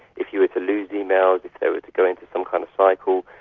if you were to lose emails, if they were to go into some kind of cycle,